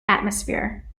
atmosphere